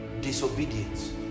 Disobedience